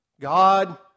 God